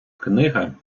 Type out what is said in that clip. книга